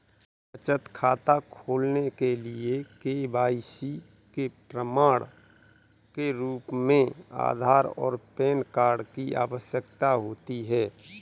बचत खाता खोलने के लिए के.वाई.सी के प्रमाण के रूप में आधार और पैन कार्ड की आवश्यकता होती है